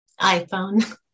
iphone